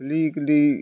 गोरलै गोरलै